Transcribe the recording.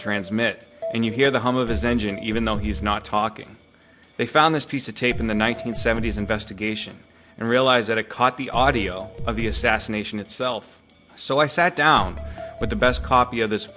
transmit and you hear the hum of his engine even though he's not talking they found this piece of tape in the one nine hundred seventy s investigation and realized that it caught the audio of the assassination itself so i sat down with the best copy of this